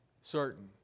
certain